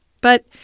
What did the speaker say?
but